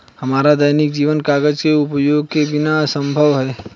हमारा दैनिक जीवन कागज के उपयोग के बिना असंभव है